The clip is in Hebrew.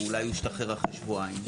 ואולי הוא ישתחרר אחרי שבועיים?